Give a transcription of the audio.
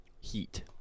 Heat